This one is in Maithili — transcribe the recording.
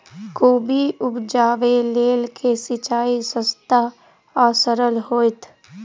कोबी उपजाबे लेल केँ सिंचाई सस्ता आ सरल हेतइ?